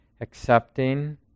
Accepting